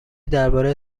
درباره